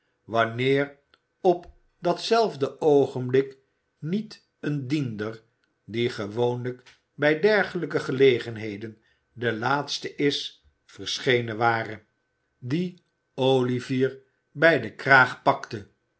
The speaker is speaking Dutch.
wanneer op datzelfde oogenblik niet een diender die gewoonlijk bij dergelijke gelegenheden de laatste is verschenen ware die olivier bij den kraag pakte